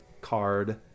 card